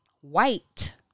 white